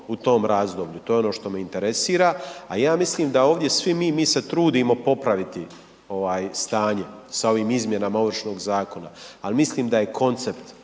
u tom razdoblju, to je ono što me interesira? A ja mislim da svi mi, mi se trudimo popraviti stanje sa ovim izmjenama Ovršnog zakona, ali mislim da je koncept